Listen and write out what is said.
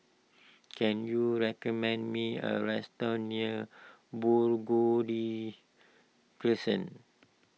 can you recommend me a restaurant near Burgundy Crescent